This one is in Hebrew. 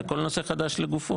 זה כל נושא חדש לגופו.